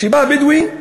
כשבא הבדואי,